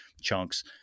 chunks